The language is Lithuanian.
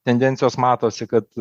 tendencijos matosi kad